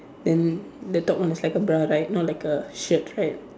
then the dog almost like a bra right not like a shirt right